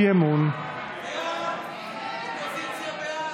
עצמאות המוזיאונים וחופש היצירה בישראל,